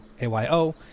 A-Y-O